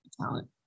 talent